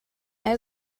you